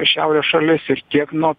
šiaurės šalis ir kiek nuo